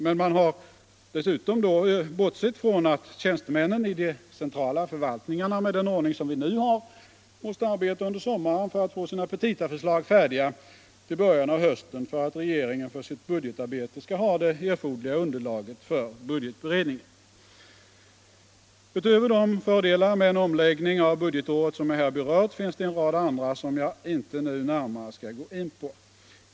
Men man har dessutom då bortsett från att tjänstemännen i de centrala förvaltningarna med den ordning som vi nu har måste arbeta under sommaren för att få sina petitaförslag färdiga till början av hösten för att regeringen för sitt budgetarbete skall ha det erforderliga underlaget för budgetberedningen. Utöver de fördelar med en omläggning av budgetåret som jag här berört finns det en rad andra som jag inte nu närmare skall gå in på.